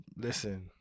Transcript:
listen